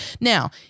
now